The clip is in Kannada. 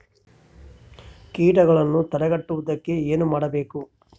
ಕೇಟಗಳನ್ನು ತಡೆಗಟ್ಟುವುದಕ್ಕೆ ಏನು ಮಾಡಬೇಕು?